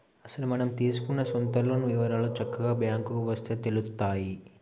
అసలు మనం తీసుకున్న సొంత లోన్ వివరాలు చక్కగా బ్యాంకుకు వస్తే తెలుత్తాయి